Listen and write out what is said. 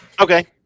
okay